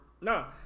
No